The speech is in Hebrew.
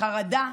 חרדה,